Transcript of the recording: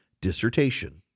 dissertation